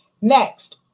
Next